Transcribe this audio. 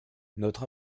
notre